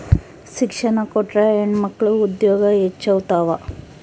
ಶಿಕ್ಷಣ ಕೊಟ್ರ ಹೆಣ್ಮಕ್ಳು ಉದ್ಯೋಗ ಹೆಚ್ಚುತಾವ